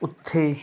ਉੱਥੇ